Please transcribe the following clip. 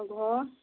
ঘৰত